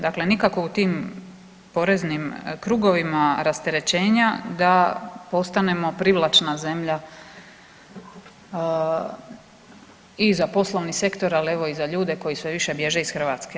Dakle, nikako u tim poreznim krugovima rasterećenja da postanemo privlačna zemlja i za poslovni sektor, ali evo i za ljude koji sve više bježe iz Hrvatske.